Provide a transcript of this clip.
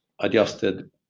adjusted